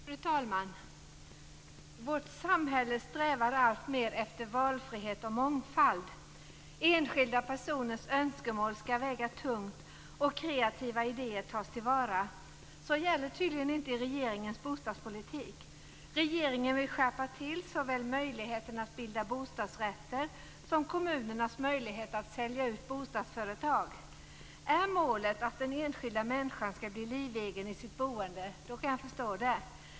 Fru talman! Vårt samhälle strävar alltmer efter valfrihet och mångfald. Enskilda personers önskemål skall väga tungt och kreativa idéer tas tillvara. Så gäller tydligen inte för regeringens bostadspolitik. Regeringen vill skärpa till såväl möjligheten att bilda bostadsrätter som kommunernas möjligheter att sälja ut bostadsföretag. Är målet att den enskilda människan skall bli livegen i sitt boende, kan jag förstå det.